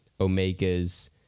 Omega's